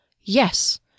Yes